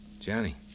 Johnny